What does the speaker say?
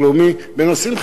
בנושאים חברתיים.